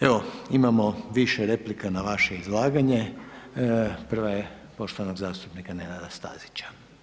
Evo, imamo više replika na vaše izlaganje, prva je poštovanog zastupnika Nenada Stazića.